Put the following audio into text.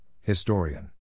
Historian